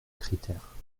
critère